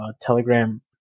telegram